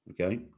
okay